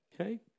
okay